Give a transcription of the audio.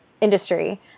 industry